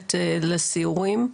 משתדלת לסיורים.